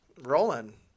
rolling